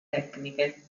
tecniche